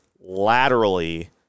laterally